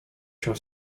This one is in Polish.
się